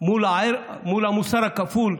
מול המוסר הכפול,